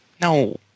No